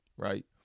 right